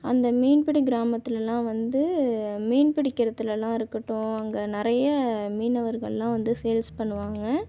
அந்த மீன்பிடி கிராமத்துலெலாம் வந்து மீன் பிடிக்கிறத்துலெலாம் இருக்கட்டும் அங்கே நிறைய மீனவர்களெலாம் வந்து சேல்ஸ் பண்ணுவாங்கள்